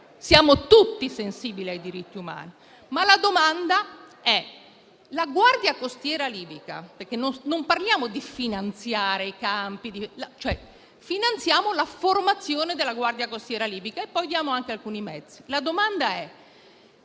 Siamo tutti sensibili ai diritti umani. Ma la domanda riguarda la guardia costiera libica. Non parliamo di finanziarie i campi; finanziamo la formazione della guardia costiera libica e diamo anche alcuni mezzi. La domanda è: